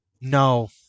No